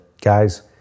guys